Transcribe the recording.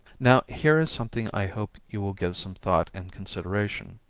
now here is something i hope you will give some thought and consideration.